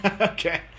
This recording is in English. Okay